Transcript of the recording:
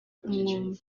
umwuma